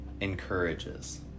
encourages